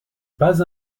pas